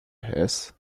huis